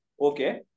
okay